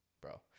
bro